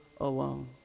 alone